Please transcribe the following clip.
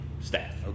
staff